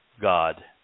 God